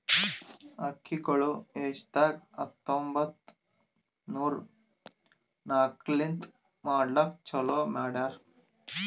ಅಕ್ಕಿಗೊಳ್ ಏಷ್ಯಾದಾಗ್ ಹತ್ತೊಂಬತ್ತು ನೂರಾ ನಾಕರ್ಲಿಂತ್ ಮಾಡ್ಲುಕ್ ಚಾಲೂ ಮಾಡ್ಯಾರ್